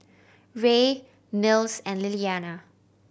Rae Mills and Lillianna